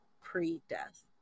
pre-death